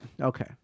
Okay